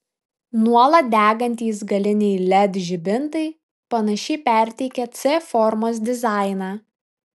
nuolat degantys galiniai led žibintai panašiai perteikia c formos dizainą